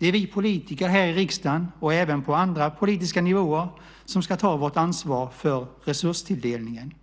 Det är vi politiker här i riksdagen och även på andra politiska nivåer som ska ta vårt ansvar för resurstilldelningen.